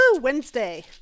Wednesday